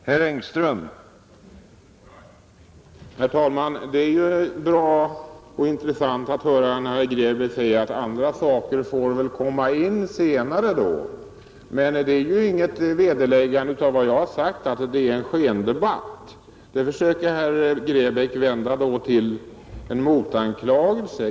Herr talman! Det är ju intressant att höra herr Grebäck säga att andra saker väl får komma in senare. Men det är inget vederläggande av mitt påstående att det är en skendebatt. Det försöker herr Grebäck vända till en motanklagelse.